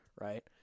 Right